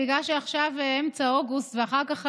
בגלל שעכשיו אמצע אוגוסט ואחר כך החגים,